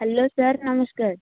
hello sir ନମସ୍କାର